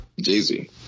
Jay-Z